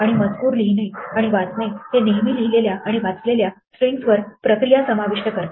आणि मजकूर लिहिणे आणि वाचणे हे नेहमी लिहिलेल्या आणि वाचलेल्या स्ट्रिंगजवर प्रक्रिया समाविष्ट करते